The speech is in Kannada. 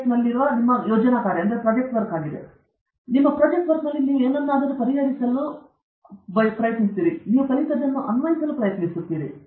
ಟೆಕ್ನಲ್ಲಿ ನಿಮ್ಮ ಯೋಜನಾ ಕಾರ್ಯವಾಗಿದೆ ಅಲ್ಲಿ ನೀವು ಏನನ್ನಾದರೂ ಪರಿಹರಿಸಲು ನೀವು ಕಲಿತದ್ದನ್ನು ಅನ್ವಯಿಸಲು ಪ್ರಯತ್ನಿಸುತ್ತೀರಿ